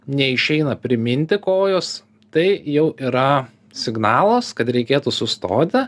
neišeina priminti kojos tai jau yra signalas kad reikėtų sustoti